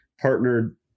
partnered